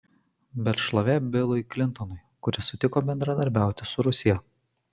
bet šlovė bilui klintonui kuris sutiko bendradarbiauti su rusija